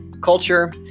culture